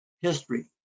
history